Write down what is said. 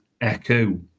echo